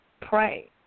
pray